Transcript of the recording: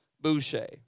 Boucher